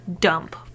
dump